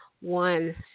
one